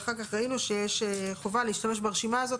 ואחר כך ראינו שיש חובה להשתמש ברשימה הזאת